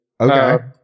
Okay